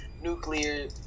nuclear